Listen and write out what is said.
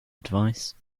advice